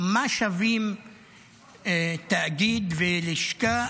מה שווים תאגיד ולשכה